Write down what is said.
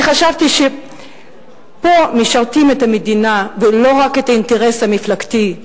אני חשבתי שפה משרתים את המדינה ולא רק את האינטרס המפלגתי.